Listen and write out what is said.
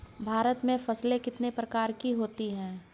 भारत में फसलें कितने प्रकार की होती हैं?